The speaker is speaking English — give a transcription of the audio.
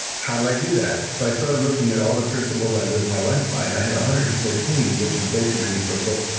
how did i do that? so i started looking at all the principles i lived my life by and i had one hundred and fourteen, which is way too many for a book.